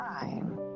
time